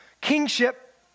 Kingship